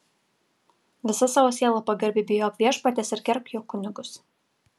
visa savo siela pagarbiai bijok viešpaties ir gerbk jo kunigus